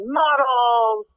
models